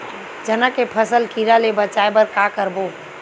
चना के फसल कीरा ले बचाय बर का करबो?